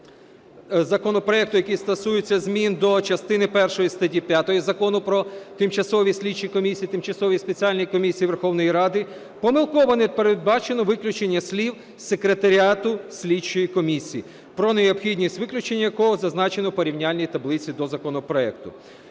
законопроекту, який стосується змін до частини першої статті 5 Закону "Про тимчасові слідчі комісії, тимчасові спеціальні комісії Верховної Ради" помилково не передбачено виключення слів "секретаріату слідчої комісії", про необхідність виключення якого зазначено в порівняльній таблиці до законопроекту.